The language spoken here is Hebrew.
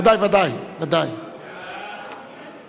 ודאי, ודאי, ודאי.